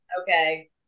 Okay